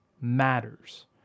matters